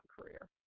career